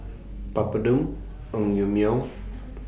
Papadum Naengmyeon